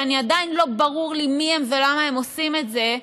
שעדיין לא ברור לי מיהם ולמה הם עושים את זה,